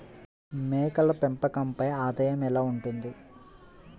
మేకల పెంపకంపై ఆదాయం ఎలా ఉంటుంది?